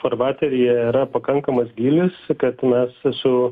farvateryje yra pakankamas gylis kad mes su